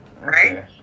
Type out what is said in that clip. right